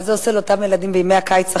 מה זה עושה לאותם ילדים בימי הקיץ החמים.